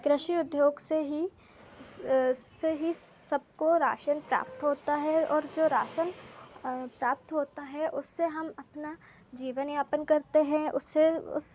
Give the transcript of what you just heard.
कृषि उद्योग से ही से ही सबको राशन प्राप्त होता है और जो रासन प्राप्त होता है उससे हम अपना जीवनयापन करते हैं उससे उस